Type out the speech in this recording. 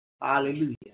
Hallelujah